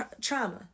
trauma